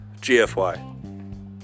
GFY